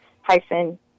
Hyphen